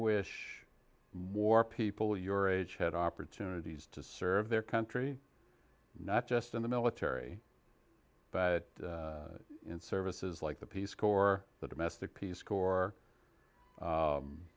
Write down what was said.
wish more people your age had opportunities to serve their country not just in the military but in services like the peace corps the domestic peace corps